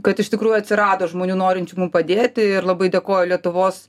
kad iš tikrųjų atsirado žmonių norinčių mum padėti ir labai dėkoju lietuvos